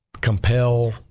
compel